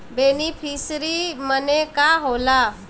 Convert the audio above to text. Beneficiary मने का होला?